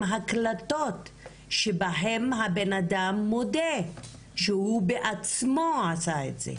הקלטות שבהן הבן אדם מודה שהוא בעצמו עשה את זה,